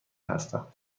هستم